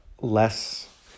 less